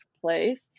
place